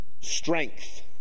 strength